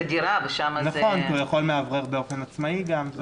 כי הוא יכול מאוורר באופן עצמאי גם.